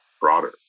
broader